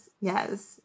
Yes